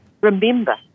Remember